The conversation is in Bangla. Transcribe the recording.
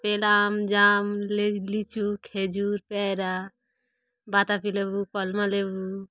পেলাম জাম লিচু খেজুর পেয়ারা বাতবি লেবু কমলা লেবু